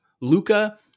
Luca